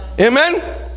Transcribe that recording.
amen